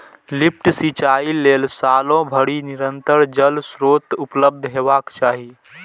lift सिंचाइ लेल सालो भरि निरंतर जल स्रोत उपलब्ध हेबाक चाही